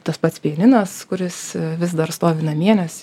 tas pats pianinas kuris vis dar stovi namie nes